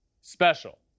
Special